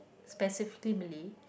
specifically Malay